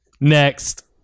Next